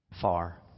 far